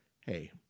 hey